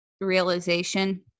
realization